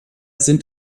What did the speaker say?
sind